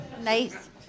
Nice